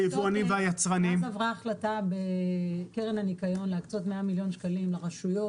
אז עברה החלטה בקרן הניקיון להקצות 100 מיליון שקלים לרשויות